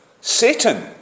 Satan